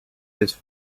this